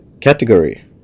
category